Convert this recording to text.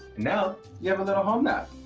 now, you have a little home map.